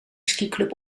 skiclub